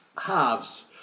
halves